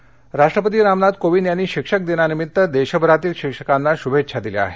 शिक्षक दिनपूलविजय राष्ट्रपती रामनाथ कोविंद यांनी शिक्षक दिना निमित्त देशभरातील शिक्षकांना शुभेच्छा दिल्या आहेत